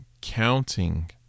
counting